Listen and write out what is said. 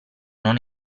non